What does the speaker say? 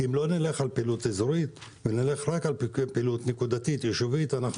אם לא נלך על פעילות אזורית אלא נלך רק על פעילות נקודתית יישובית,